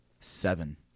Seven